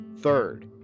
third